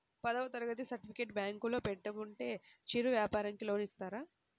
పదవ తరగతి సర్టిఫికేట్ బ్యాంకులో పెట్టుకుంటే చిరు వ్యాపారంకి లోన్ ఇస్తారా?